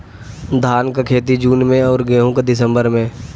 धान क खेती जून में अउर गेहूँ क दिसंबर में?